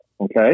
Okay